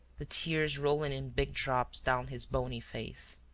the tears rolling in big drops down his bony face.